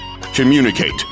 Communicate